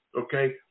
okay